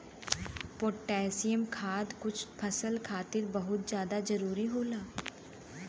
potassium खाद कुछ फसल खातिर बहुत जादा जरूरी होला